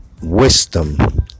wisdom